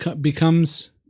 becomes